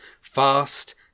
fast